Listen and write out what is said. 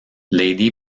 lady